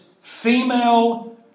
female